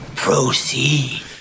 proceed